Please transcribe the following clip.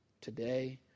today